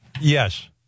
Yes